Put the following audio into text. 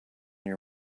your